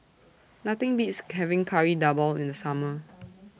Nothing Beats having Kari Debal in The Summer